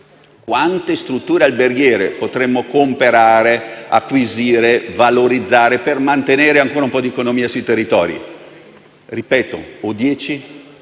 quante strutture alberghiere potremo comperare, acquisire e valorizzare per mantenere ancora un po' economia sui territori? Ripeto: 10